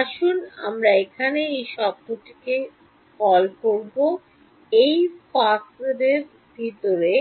আসুন আমরা এখানে এই শব্দটিকে কল করব এই ফাসরের ভিতরে